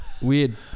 Weird